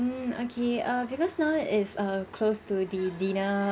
mm okay err because now is err close to the dinner